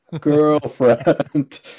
girlfriend